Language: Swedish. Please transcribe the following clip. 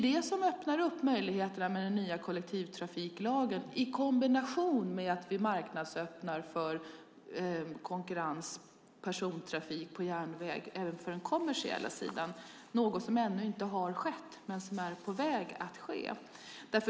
Det som öppnar upp möjligheterna är den nya kollektivtrafiklagen i kombination med att vi marknadsöppnar för konkurrens inom persontrafik på järnväg även för den kommersiella sidan, något som ännu inte har skett, men som är på väg att ske.